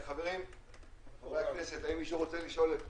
חברי הכנסת, האם מישהו רוצה לשאול את